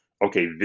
okay